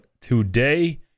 today